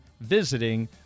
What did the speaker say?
visiting